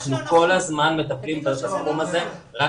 אנחנו כל זמן מטפלים בתחום הזה רק